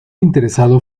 interesado